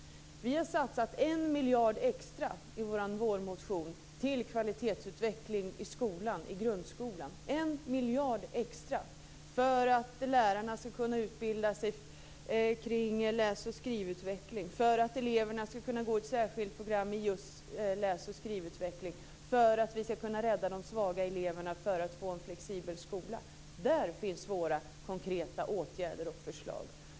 Vi har satsat 1 miljard extra i vår vårmotion till kvalitetsutveckling i grundskolan - 1 miljard extra för att lärarna skall kunna utbilda sig kring läs och skrivutveckling, för att eleverna skall kunna gå ett särskilt program i just läs och skrivutveckling, för att vi skall kunna rädda de svaga eleverna och för att vi skall kunna få en flexibel skola. Där finns våra konkreta åtgärder och förslag.